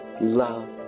Love